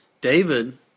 David